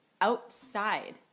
outside